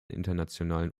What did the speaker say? internationalen